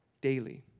daily